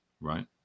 right